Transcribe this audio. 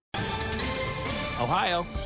Ohio